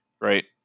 right